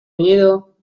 miedo